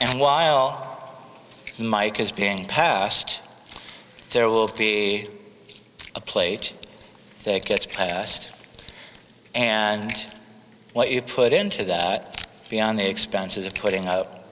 and while mike is being passed there will be a plate that gets passed and what you put into that beyond the expenses of putting up